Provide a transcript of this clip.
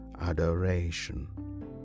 Adoration